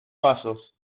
pasos